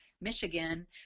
Michigan